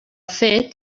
fet